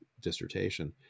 dissertation